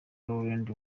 rolland